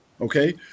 Okay